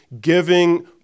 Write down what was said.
giving